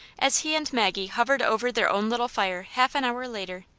as he and maggie hovered over their own little fire half an hour later.